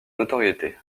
notoriété